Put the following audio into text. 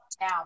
now